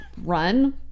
run